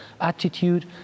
attitude